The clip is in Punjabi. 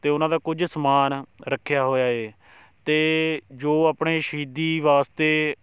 ਅਤੇ ਉਹਨਾਂ ਦਾ ਕੁਝ ਸਮਾਨ ਰੱਖਿਆ ਹੋਇਆ ਏ ਅਤੇ ਜੋ ਆਪਣੇ ਸ਼ਹੀਦੀ ਵਾਸਤੇ